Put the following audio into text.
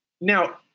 Now